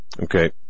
Okay